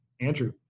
Andrew